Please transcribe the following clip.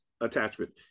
attachment